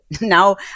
Now